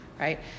right